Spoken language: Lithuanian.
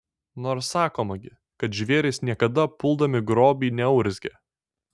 nors sakoma gi kad žvėrys niekada puldami grobį neurzgia